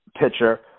Pitcher